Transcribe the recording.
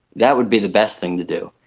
that would be the best thing to do.